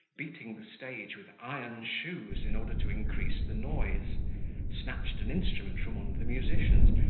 beating the stage with iron shoes, in order to increase the noise snatched an instrument from one of the musicians,